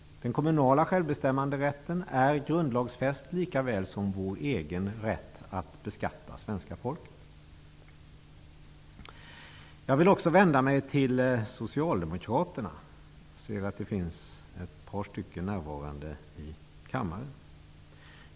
Den kommunala självbestämmanderätten är grundlagsfäst, likaväl som vår rätt att beskatta svenska folket. Jag vill också vända mig till socialdemokraterna. Jag ser att det finns ett par stycken närvarande i kammaren.